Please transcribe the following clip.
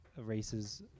races